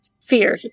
Fear